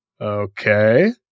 Okay